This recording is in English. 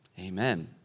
Amen